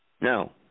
No